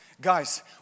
Guys